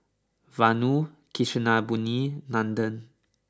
Vanu Kasinadhuni Nandan